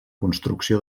construcció